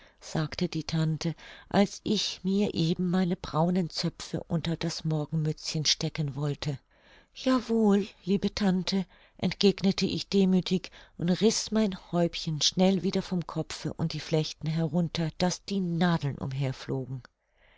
sagte die tante als ich mir eben meine braunen zöpfe unter das morgenmützchen stecken wollte ja wohl liebe tante entgegnete ich demüthig und riß mein häubchen schnell wieder vom kopfe und die flechten herunter daß die nadeln umher